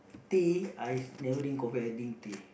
tea I never drink coffee I drink tea